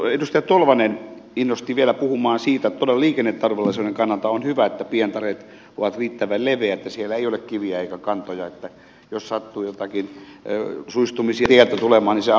edustaja tolvanen innosti vielä puhumaan siitä että todella liikenneturvallisuuden kannalta on hyvä että pientareet ovat riittävän leveät ja siellä ei ole kiviä eikä kantoja niin että jos sattuu joitakin tieltä suistumisia tulemaan niin se auttaa